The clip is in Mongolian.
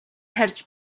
тарьж